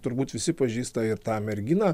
turbūt visi pažįsta ir tą merginą